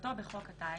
כהגדרתו בחוק הטיס,